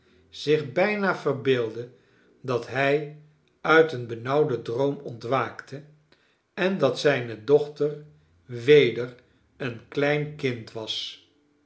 zich bijna verbeeldde dat hij uit een benauwden droom ontwaakte en dat zijne dochter weder een klein kind was